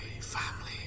family